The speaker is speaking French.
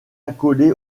accolée